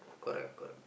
correct correct